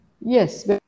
yes